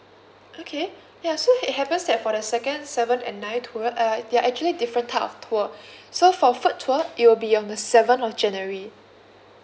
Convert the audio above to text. okay ya so it happens that for the second seventh and ninth tour uh they are actually different type of tour so for food tour it will be on the seventh of january